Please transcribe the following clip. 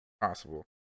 possible